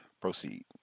proceed